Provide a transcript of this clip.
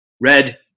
Red